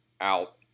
out